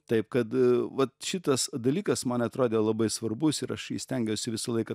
taip kad vat šitas dalykas man atrodė labai svarbus ir aš jį stengiuosi visą laiką